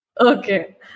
Okay